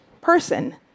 person